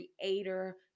creator